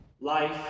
Life